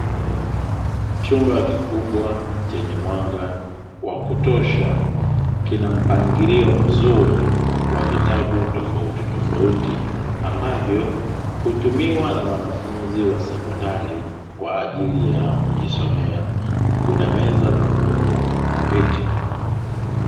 Chumba kikubwa chenye mwanga wa kutosha kina mpangilio mzuri wa vitabu tofautitofauti, ambavyo hutumiwa na wanafunzi wa sekondari kwa ajili ya kujisomea, kuna meza pamoja na viti.